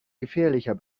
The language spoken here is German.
gefährlicher